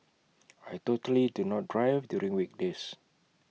I totally do not drive during weekdays